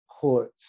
put